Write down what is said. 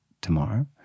tomorrow